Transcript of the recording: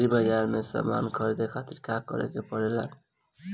Agri बाज़ार से समान ख़रीदे खातिर का करे के पड़ेला?